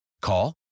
Call